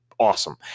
awesome